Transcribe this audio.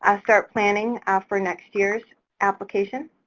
ah start planning for next year's application.